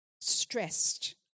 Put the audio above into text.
stressed